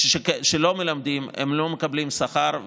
לא מקבלים שכר,